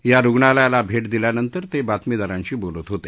या रुग्णालयाला भे दिल्यानंतर ते बातमीदारांशी बोलत होते